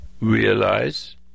Realize